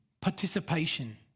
participation